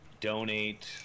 donate